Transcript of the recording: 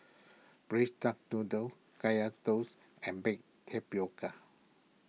Braised Duck Noodle Kaya Toast and Baked Tapioca